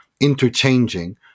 interchanging